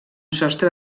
sostre